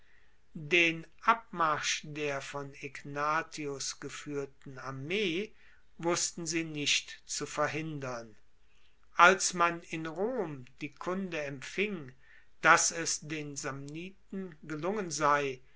den abmarsch der von egnatius gefuehrten armee wussten sie nicht zu verhindern als man in rom die kunde empfing dass es den samniten gelungen sei